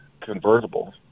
convertible